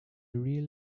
real